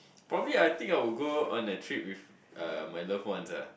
probably I think I will go on a trip with uh my loved ones ah